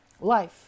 Life